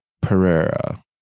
Pereira